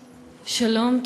שלום.